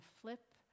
flip